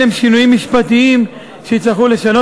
אלה הם שינויים משפטיים שיצטרכו לעשות